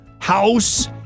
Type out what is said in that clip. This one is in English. house